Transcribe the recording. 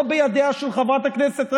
לא בידיה של חברת הכנסת רגב,